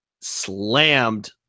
slammed